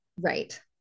Right